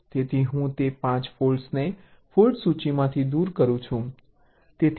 તેથી હું તે 5 ફોલ્ટ્સને ફોલ્ટ સૂચિમાંથી દૂર કરું છું